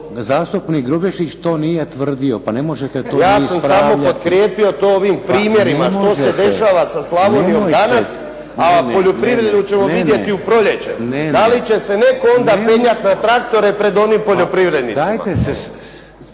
zastupnik Grubišić to nije tvrdio pa ne možete to ispravljati. **Vinković, Zoran (SDP)** Ja sam to samo potkrijepio ovim primjerima, što se dešava sa Slavonijom danas, a poljoprivredu ćemo vidjeti u proljeće, da li će se onda netko penjati na traktore pred onim poljoprivrednicima.